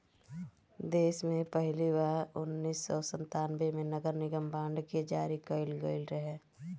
देस में पहिली बार उन्नीस सौ संतान्बे में नगरनिगम बांड के जारी कईल गईल रहे